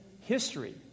history